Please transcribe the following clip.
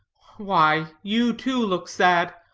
why, you, too, look sad.